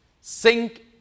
sink